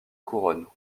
couronnes